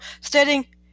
stating